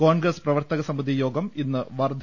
കോൺഗ്രസ് പ്രവർത്തകസമിതി യോഗം ഇന്ന് വാർധ